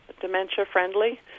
dementia-friendly